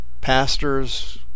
pastors